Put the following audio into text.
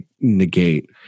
negate